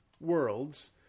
worlds